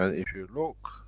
ah if you look,